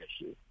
issue